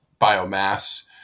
biomass